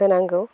होनांगौ